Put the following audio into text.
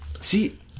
See